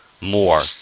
more